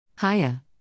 Hiya